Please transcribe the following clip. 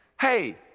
hey